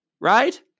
right